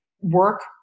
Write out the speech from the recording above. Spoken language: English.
work